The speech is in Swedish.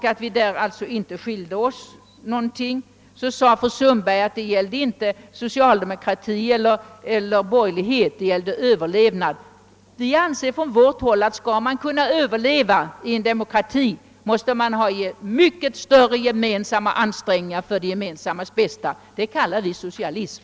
Fru Sundberg sade, att det inte var fråga om socialdemokrati eller borgerlighet utan att det gällde att överleva. Vi anser på vårt håll att skall man kunna överleva måste man i en demokrati göra mycket större gemensamma ansträngningar för det gemensamma bästa. Det kallar vi socialism.